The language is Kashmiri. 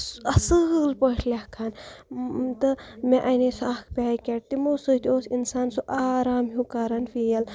اَصۭل پٲٹھۍ لیکھان تہٕ مےٚ اَنے سُہ اَکھ پیکٮ۪ٹ تِمو سۭتۍ اوس اِنسان سُہ آرام ہیوٗ کَران فیٖل